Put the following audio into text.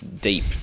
deep